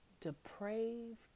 depraved